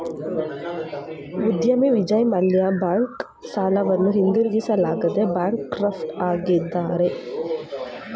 ಉದ್ಯಮಿ ವಿಜಯ್ ಮಲ್ಯ ಬ್ಯಾಂಕ್ ಸಾಲವನ್ನು ಹಿಂದಿರುಗಿಸಲಾಗದೆ ಬ್ಯಾಂಕ್ ಕ್ರಾಫ್ಟ್ ಆಗಿದ್ದಾರೆ